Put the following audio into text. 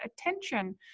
attention